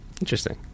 Interesting